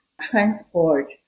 transport